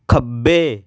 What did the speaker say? ਖੱਬੇ